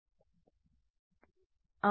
విద్యార్థి కాబట్టి వినియోగదారులు